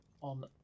on